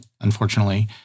unfortunately